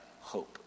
hope